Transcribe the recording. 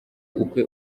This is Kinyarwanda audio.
ukwe